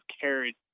carried